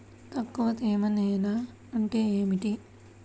తక్కువ తేమ నేల అంటే ఏమిటి?